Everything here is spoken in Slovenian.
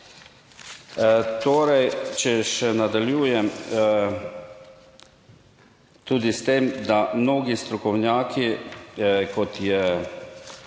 Torej, če še nadaljujem tudi s tem, da mnogi strokovnjaki kot je,